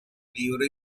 libro